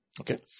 Okay